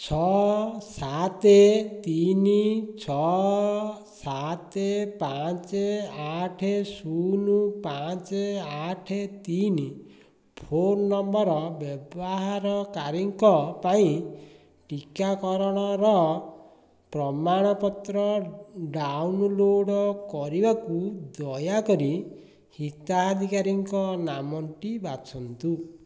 ଛଅ ସାତ ତିନି ଛଅ ସାତ ପାଞ୍ଚ ଆଠ ଶୂନ ପାଞ୍ଚ ଆଠ ତିନି ଫୋନ୍ ନମ୍ବର୍ ବ୍ୟବହାରକାରୀଙ୍କ ପାଇଁ ଟିକାକରଣର ପ୍ରମାଣପତ୍ର ଡାଉନଲୋଡ଼୍ କରିବାକୁ ଦୟାକରି ହିତାଧିକାରୀଙ୍କ ନାମଟି ବାଛନ୍ତୁ